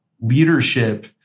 leadership